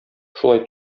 шулай